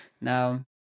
Now